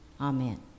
Amen